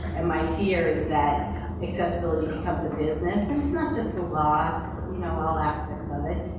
and my fear is that accessibility becomes a business, and it's not just the laws, you know, all aspects of it.